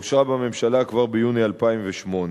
אושרה בממשלה כבר ביוני 2008,